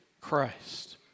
Christ